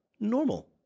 normal